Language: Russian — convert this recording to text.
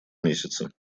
месяцы